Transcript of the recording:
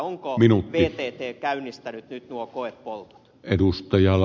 onko vtt käynnistänyt nyt nuo koepoltot